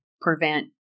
prevent